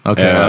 Okay